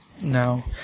No